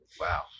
Wow